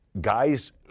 Guys